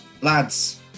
lads